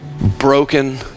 broken